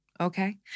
Okay